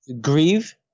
Grieve